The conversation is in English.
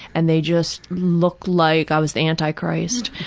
and they just looked like i was the anti-christ.